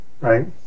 Right